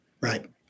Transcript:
Right